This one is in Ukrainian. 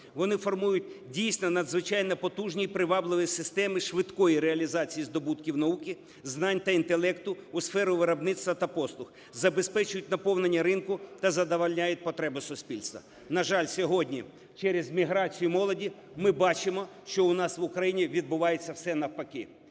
Вони формують дійсно надзвичайно потужні і привабливі системи швидкої реалізації здобутків науки, знань та інтелекту у сфері виробництва та послуг, забезпечують наповнення ринку та задовольняють потреби суспільства. На жаль, сьогодні через міграцію молоді ми бачимо, що у нас в Україні відбувається все навпаки.